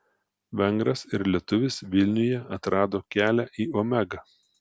vengras ir lietuvis vilniuje atrado kelią į omegą